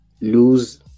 lose